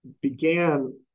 began